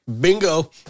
Bingo